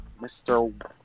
Mr